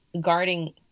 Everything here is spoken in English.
guarding